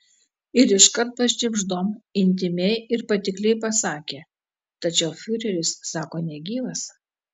ir iškart pašnibždom intymiai ir patikliai pasakė tačiau fiureris sako negyvas